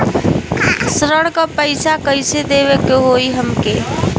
ऋण का पैसा कइसे देवे के होई हमके?